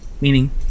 meaning